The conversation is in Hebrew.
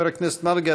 חבר הכנסת מרגי,